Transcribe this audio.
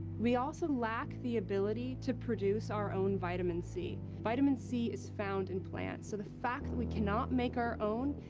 we also lack the ability to produce our own vitamin c. vitamin c is found in plants, so the fact that we cannot make our own,